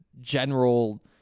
general